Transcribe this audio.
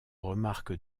remarque